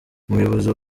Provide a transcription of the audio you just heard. umuyobozi